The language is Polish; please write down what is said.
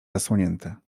zasłonięte